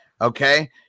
Okay